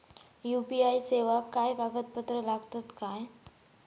UPI सेवाक काय कागदपत्र लागतत काय?